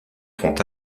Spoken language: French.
font